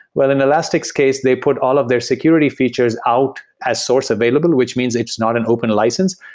well, in elastic's case, they put all of their security features out as source available, which means it's not an open license.